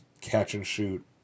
catch-and-shoot